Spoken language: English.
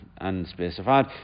Unspecified